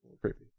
creepy